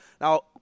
Now